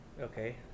Okay